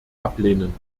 ablehnen